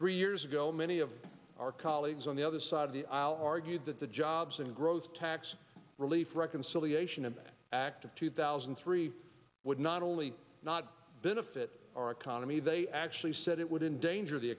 three years ago many of our colleagues on the other side of the aisle argued that the jobs and growth tax relief reconciliation and act of two thousand and three would not only not benefit our economy they actually said it would endanger the